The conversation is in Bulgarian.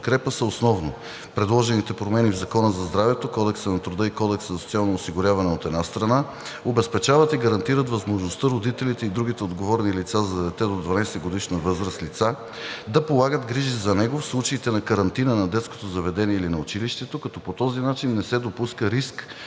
предложените промени в Закона за здравето, Кодекса на труда и Кодекса за социално осигуряване, от една страна, обезпечават и гарантират възможността родителите и другите отговорни лица за дете до 12-годишна възраст да полагат грижи за него в случаите на карантина на детското заведение или на училището, като по този начин не се допуска риск